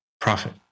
profit